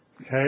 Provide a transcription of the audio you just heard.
okay